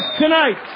tonight